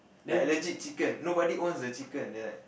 like legit chicken nobody owns the chicken it's like